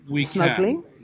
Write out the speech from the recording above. smuggling